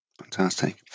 Fantastic